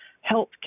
health